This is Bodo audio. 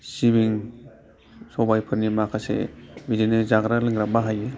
सिबिं सबायफोरनि माखासे बिदिनो जाग्रा लोंग्रा बाहायो